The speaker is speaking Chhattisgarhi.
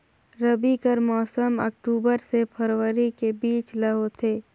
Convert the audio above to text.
रबी कर मौसम अक्टूबर से फरवरी के बीच ल होथे